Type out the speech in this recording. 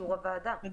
באישור הוועדה.